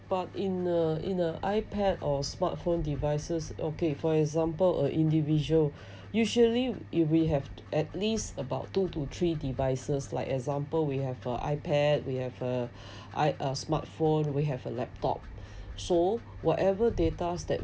but in a in a ipad or smartphone devices okay for example a individual usually if we have at least about two to three devices like example we have a ipad we have a I uh smartphone we ll have a laptop so whatever data that